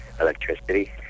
electricity